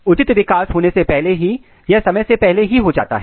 उचित विकास पूरा होने से पहले ही यह समय से पहले ही हो जाता है